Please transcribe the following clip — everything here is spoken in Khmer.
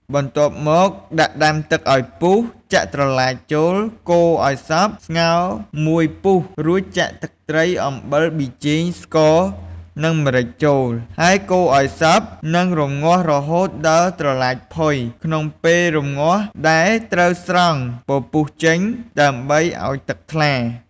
បន្ទាប់មកដាក់ដាំទឹកឱ្យពុះ ចាក់ត្រឡាចចូល កូរឱ្យសព្វ ស្ងោរមួយពុះ រួចចាក់ទឹកត្រី អំបិល ប៊ីចេង ស្ករ និងម្រេចចូល ហើយកូរឱ្យសព្វ និងរម្ងាស់រហូតដល់ត្រឡាចផុយ ក្នុងពេលរម្ងាស់ដែរ ត្រូវស្រង់ពពុះចេញ ដើម្បីឱ្យទឹកថ្លា។